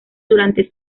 durante